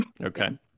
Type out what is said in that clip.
okay